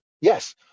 yes